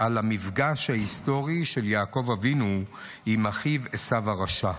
על המפגש ההיסטורי של יעקב אבינו עם אחיו עשו הרשע.